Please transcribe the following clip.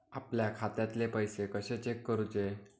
आपल्या खात्यातले पैसे कशे चेक करुचे?